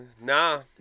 Nah